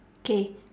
K